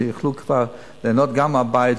שיוכלו כבר ליהנות גם מהבית,